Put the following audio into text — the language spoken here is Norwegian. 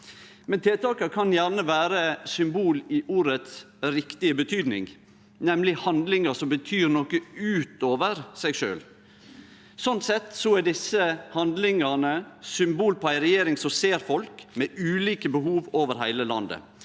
sin. Tiltaka kan gjerne vere symbol i ordets riktige betydning, nemleg handlingar som betyr noko utover seg sjølv. Slik sett er desse handlingane symbol på ei regjering som ser folk med ulike behov over heile landet.